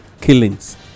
killings